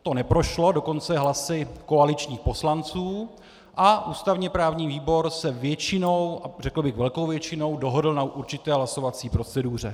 To neprošlo dokonce hlasy koaličních poslanců a ústavněprávní výbor se většinou, řekl bych velkou většinou, dohodl na určité hlasovací proceduře.